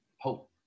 hope